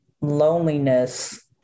loneliness